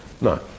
No